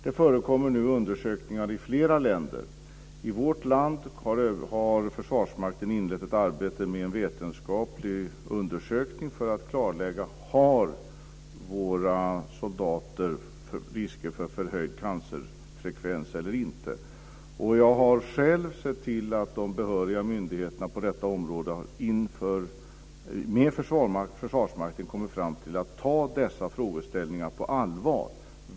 Det förekommer nu undersökningar i flera länder. I vårt land har Försvarsmakten inlett ett arbete med en vetenskaplig undersökning för att klarlägga om det finns risk för förhöjd cancerfrekvens eller inte hos våra soldater. Och jag har själv sett till att de behöriga myndigheterna på detta område och Försvarsmakten kommit fram till att ta dessa frågeställningar på allvar.